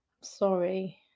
sorry